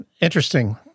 interesting